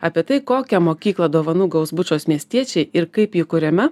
apie tai kokią mokyklą dovanų gaus bučos miestiečiai ir kaip ji kuriama